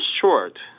short